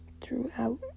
Throughout